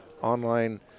online